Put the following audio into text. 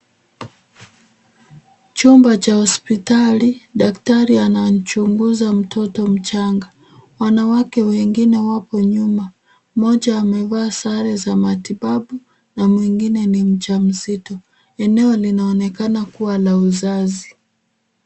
Chumba cha hospitali, daktari anamchunguza mtoto mchanga. Wanawake wawili wapo nyuma, mmoja amevaa sare za matibabu na mwingine ni mjamzito. Eneo linaonekana kuwa ya uzazi.